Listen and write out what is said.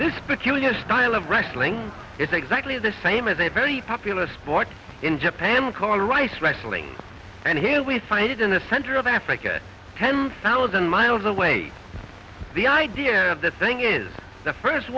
this peculiar style of wrestling is exactly the same as a very popular sport in japan we call rice wrestling and here we find it in the center of africa ten thousand miles away the idea of the thing is the first